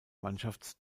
mannschaft